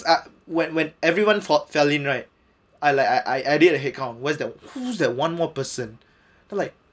ah when when everyone for fell in right I like I I I did a headcount where's the who's the one more person I like